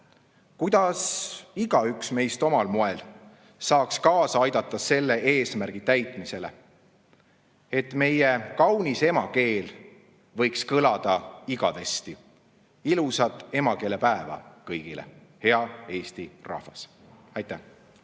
kuidas igaüks meist omal moel saaks kaasa aidata selle eesmärgi täitmisele, et meie kaunis emakeel võiks kõlada igavesti. Ilusat emakeelepäeva kõigile, hea Eesti rahvas! Aitäh!